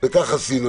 וכך עשינו.